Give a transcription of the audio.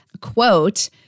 quote